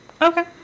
Okay